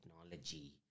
technology